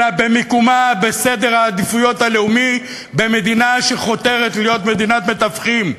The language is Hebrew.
אלא במיקומה בסדר העדיפויות הלאומי במדינה שחותרת להיות מדינת מתווכים.